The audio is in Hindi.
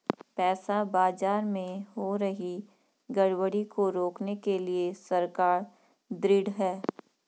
पैसा बाजार में हो रही गड़बड़ी को रोकने के लिए सरकार ढृढ़ है